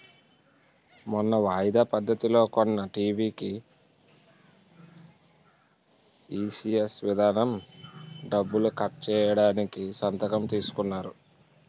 మొన్న వాయిదా పద్ధతిలో కొన్న టీ.వి కీ ఈ.సి.ఎస్ విధానం డబ్బులు కట్ చేయడానికి సంతకం తీసుకున్నారు